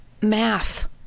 math